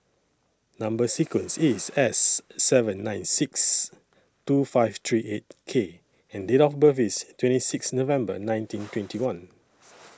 Number sequence IS S seven nine six two five three eight K and Date of birth IS twenty six November nineteen twenty one